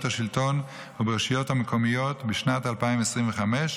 השלטון וברשויות המקומיות בשנת 2025,